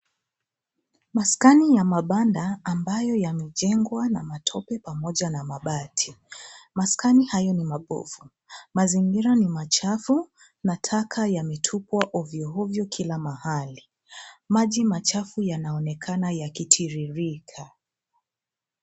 Maskani ya mabanda ambayo yamejengwa na matope pamoja na mabati. Maskani hayo ni mabovu, mazingira ni machafu na taka yametupwa ovyoovyo kila mahali. Maji machafu yanaonekana yakitiririka.